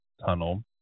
Tunnel